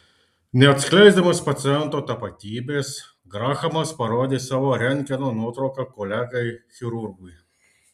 neatskleisdamas paciento tapatybės grahamas parodė savo rentgeno nuotrauką kolegai chirurgui